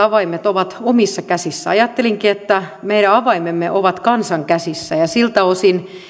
avaimet ovat omissa käsissä ajattelinkin että meidän avaimemme ovat kansan käsissä ja siltä osin